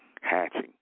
hatching